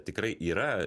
tikrai yra